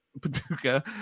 Paducah